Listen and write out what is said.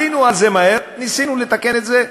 עלינו על זה מהר, ניסינו לתקן את זה,